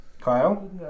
Kyle